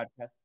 podcast